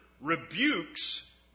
rebukes